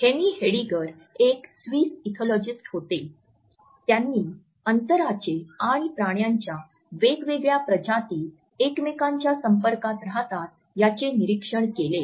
हेनी हेडीगर एक Swiss ethologist होते त्यांनी अंतराचे आणि प्राण्यांच्या वेगवेगळ्या प्रजाती एकमेकांच्या संपर्कात राहतात यांचे निरीक्षण केले